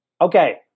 Okay